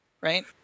Right